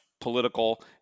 political